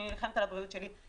אני נלחמת על הבריאות שלי.